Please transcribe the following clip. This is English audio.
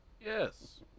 yes